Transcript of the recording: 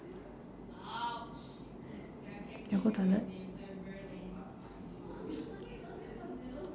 you go toilet